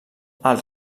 els